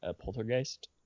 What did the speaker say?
poltergeist